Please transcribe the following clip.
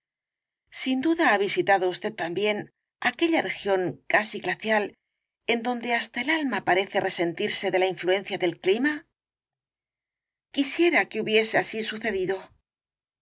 sin duda ha visitado usted también aquella región casi glacial en donde hasta el alma parece resentirse de la influencia del clima el caballero de las botas azules quisiera que hubiese así sucedido